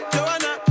Joanna